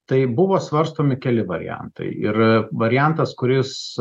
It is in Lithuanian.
tai buvo svarstomi keli variantai ir variantas kuris